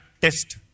test